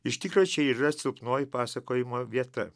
iš tikro čia yra silpnoji pasakojimo vieta